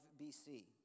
BC